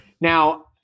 now